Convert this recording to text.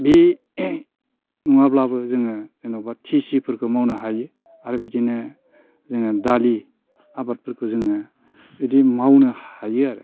बे नङाब्लाबो जोङो जेनेबा थिसिफोरखौ मावनो हायो आरो बिदिनो जोङो दालि आबादफोरखौ जोङो बिदि मावनो हायो आरो